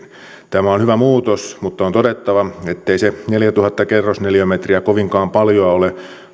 on hyvä muutos mutta on todettava ettei se neljätuhatta kerrosneliömetriä kovinkaan paljoa ole